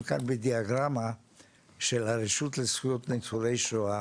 בדיאגרמה של הרשות לזכויות ניצולי שואה